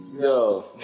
Yo